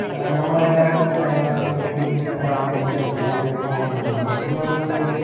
നമ്മളെല്ലാവരും എപ്പോഴെങ്കിലും ഒക്കെ അമ്പലത്തിലും അങ്ങനെയൊക്കെ പോണതാണ് നമ്മളിപ്പോഴെന്ന് പറഞ്ഞ് കഴിഞ്ഞാല്